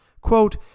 quote